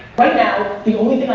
right now, the only